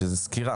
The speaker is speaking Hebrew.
זו סקירה.